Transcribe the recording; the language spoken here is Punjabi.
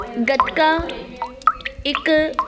ਗੱਤਕਾ ਇੱਕ